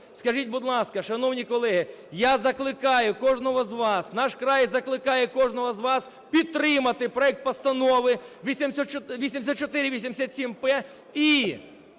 Скажіть, будь ласка, шановні колеги, я закликаю кожного з вас, "Наш край" закликає кожного з вас підтримати проект Постанови 8487-П і